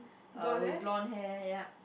uh with blonde hair yup